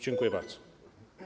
Dziękuję bardzo.